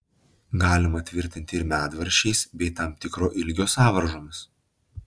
galima tvirtinti ir medvaržčiais bei tam tikro ilgio sąvaržomis